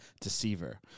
Deceiver